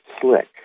Slick